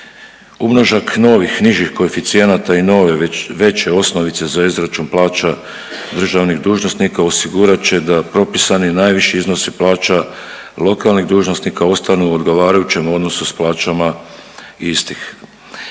Umnožak novih nižih koeficijenata i nove veće osnovice za izračun plaća državnih dužnosnika osigurat će da propisani najviši iznosi plaća lokalnih dužnosnika ostanu u odgovarajućem odnosu s plaćama istih